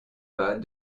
pas